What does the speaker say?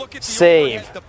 save